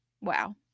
wow